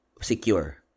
secure